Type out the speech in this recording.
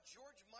George